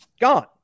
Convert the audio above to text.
gone